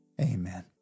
amen